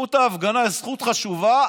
זכות ההפגנה היא זכות חשובה,